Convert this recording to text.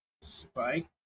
Spike